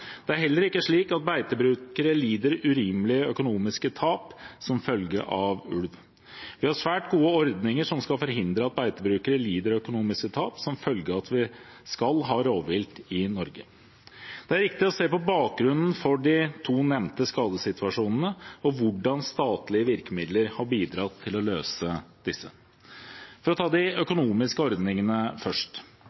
Det er heller ikke slik at beitebrukere lider urimelige, økonomiske tap som følge av ulv. Vi har svært gode ordninger som skal forhindre at beitebrukere lider økonomiske tap som følge av at vi skal ha rovvilt i Norge. Det er viktig å se på bakgrunnen for de to nevnte skadesituasjonene og hvordan statlige virkemidler har bidratt til å løse dette. For å ta de